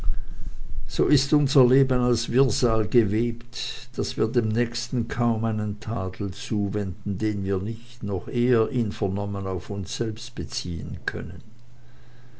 so ist unser leben aus wirrsal gewebt daß wir dem nächsten kaum einen tadel zuwenden den wir nicht noch eh er ihn vernommen auf uns selbst beziehen können